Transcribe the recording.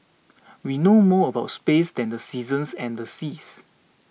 we know more about space than the seasons and the seas